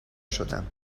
شدم